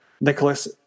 Nicholas